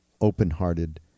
open-hearted